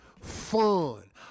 fun